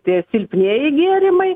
tie silpnieji gėrimai